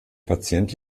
patient